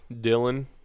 Dylan